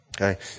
okay